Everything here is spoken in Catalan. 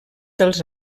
dels